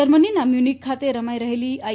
જર્મનીના મ્યુનીક ખાતે રમાઈ રહેલી આઈ